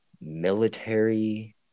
military